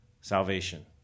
salvation